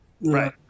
Right